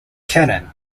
cannon